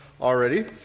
already